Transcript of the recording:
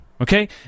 okay